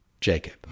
Jacob